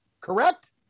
correct